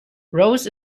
rose